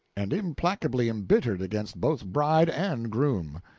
and implacably embittered against both bride and groom.